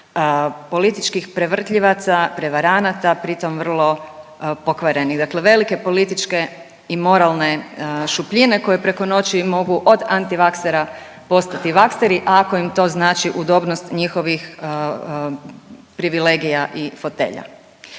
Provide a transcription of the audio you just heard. političkih prevrtljivaca, prevaranata, pritom vrlo pokvarenih, dakle velike političke i moralne šupljine koje preko noći mogu od antivaksera postati vakseri ako im to znači udobnost njihovih privilegija i fotelja.